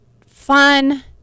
fun